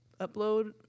upload